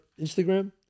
Instagram